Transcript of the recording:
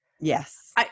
Yes